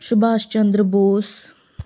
Subhash Chandra Bose